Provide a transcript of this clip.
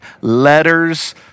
letters